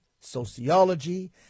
sociology